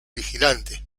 vigilante